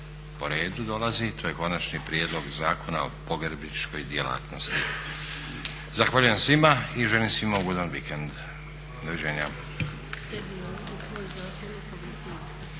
po redu dolazi, to je konačni prijedlog Zakona o pogrebničkoj djelatnosti. Zahvaljujem svima. I želim svima ugodan vikend. Doviđenja.